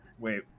Wait